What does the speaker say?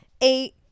eight